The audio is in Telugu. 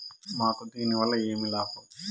మాకు దీనివల్ల ఏమి లాభం